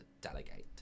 delegate